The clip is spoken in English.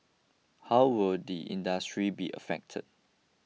how will the industry be affected